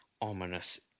ominous